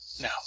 No